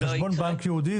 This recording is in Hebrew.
זה חשבון בנק ייעודי,